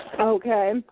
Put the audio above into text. Okay